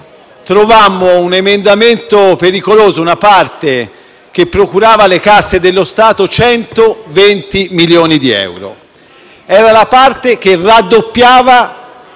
trovammo un emendamento pericoloso, con una parte che procurava alle casse dello Stato 120 milioni di euro: era la parte che raddoppiava